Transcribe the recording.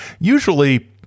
usually